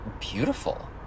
beautiful